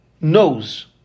knows